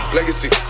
Legacy